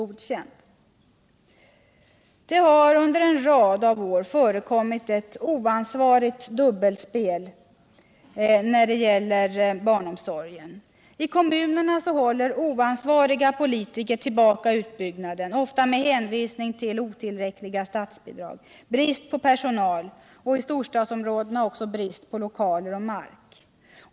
Det har under en rad år förekommit ett oansvarigt dubbelspel när det gäller barnomsorgen. I kommunerna håller oansvariga politiker tillbaka utbyggnaden, ofta med hänvisning till otillräckliga statsbidrag, brist på personal och i storstadsområdena också brist på lokaler och mark.